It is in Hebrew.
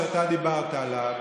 שאתה דיברת עליו,